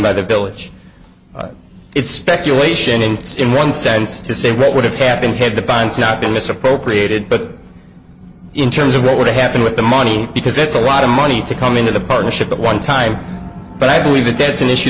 by the village it's speculation and it's in one sense to say what would have happened had the bonds not been misappropriated but in terms of what would happen with the money because that's a lot of money to come into the partnership at one time but i believe that that's an issue